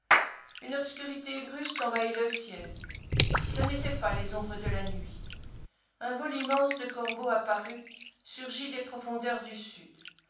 une obscurité brusque envahit le ciel ce n'était pas les ombres de la nuit un vol immense de corbeaux apparut surgi des profondeurs du sud